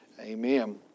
amen